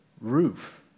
roof